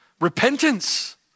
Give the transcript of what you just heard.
Repentance